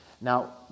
Now